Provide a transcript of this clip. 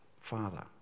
father